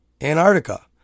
Antarctica